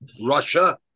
Russia